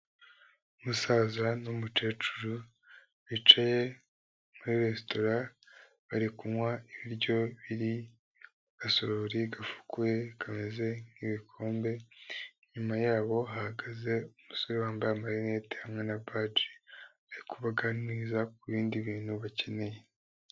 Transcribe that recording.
Umusaza n'umukecuru, bicaye muri resitora bari kunywa ibiryo biri mu gasorori gafukuye kameze nk'ibikombe, inyuma yabo hahagaze umusore wambaye amarinete hamwe na baji, ari kubaganiriza ku bindi bintu bakeneye.